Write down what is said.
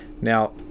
Now